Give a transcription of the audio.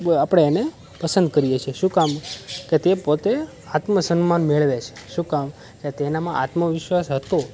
આપણે એને પસંદ કરીએ છીએ શું કામ કે તે પોતે આત્મસન્માન મેળવે છે શું કામ કે તેનામાં આત્મવિશ્વાસ હતો